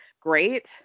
great